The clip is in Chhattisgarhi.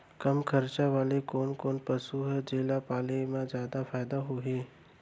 कम खरचा वाले कोन कोन पसु हे जेला पाले म जादा फायदा होही?